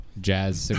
Jazz